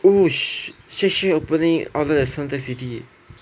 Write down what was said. oo Shake Shack opening outlet at suntec city